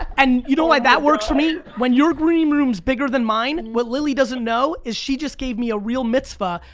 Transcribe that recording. and you know why that works for me, when you're green room is bigger than mine, and what lilly doesn't know is she just gave me a real mitzvah,